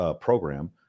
program